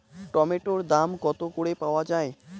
টমেটোর দাম কত করে পাওয়া যায়?